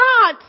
God